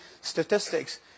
statistics